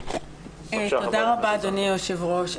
תודה רבה, אדוני היושב-ראש.